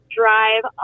drive